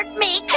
me,